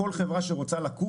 כל חברה שרוצה לקום,